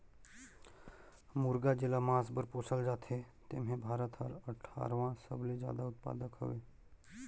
मुरगा जेला मांस बर पोसल जाथे तेम्हे भारत हर अठारहवां सबले जादा उत्पादक हवे